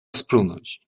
splunąć